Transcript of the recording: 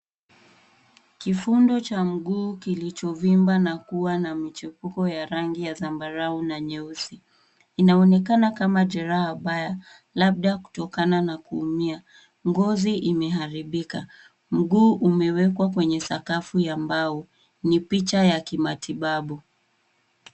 Kifundo cha mguu kilichovimba na kuwa na mchipuko wa rangi ya zambarau nyeusi. Inaonekana kama jeraha baya, labda kutokana na kuumia. Ngozi imeharibika. Mguu umewekwa kwenye sakafu ya mbao. Ni picha ya kimatibabu.